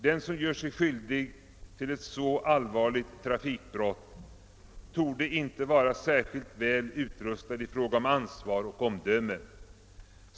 Den som gör sig skyldig till ett så allvarligt trafikbrott torde inte vara särskilt väl utrustad i fråga om ansvar och omdöme.